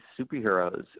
superheroes